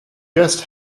guest